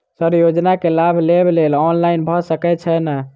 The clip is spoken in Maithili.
सर योजना केँ लाभ लेबऽ लेल ऑनलाइन भऽ सकै छै नै?